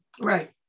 Right